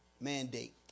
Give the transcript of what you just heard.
mandate